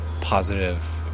positive